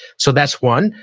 so that's one.